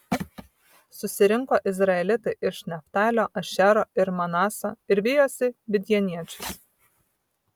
susirinko izraelitai iš neftalio ašero ir manaso ir vijosi midjaniečius